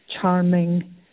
charming